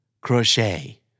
Crochet